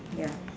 ya